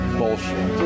bullshit